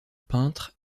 peintre